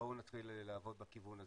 בואו נתחיל לעבוד בכיוון הזה.